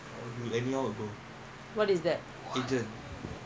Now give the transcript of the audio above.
மொத:motha phone வாங்குனேன்மொதஎவ்ளோ:vaankuneen motha evlo phone two thousand five